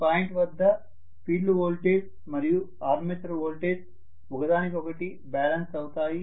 ఈ పాయింట్ వద్ద field voltage మరియు ఆర్మేచర్ వోల్టేజ్ ఒకదానికొకటి బ్యాలెన్స్ అవుతాయి